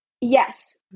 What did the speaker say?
Yes